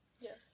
Yes